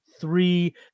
three